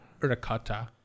ricotta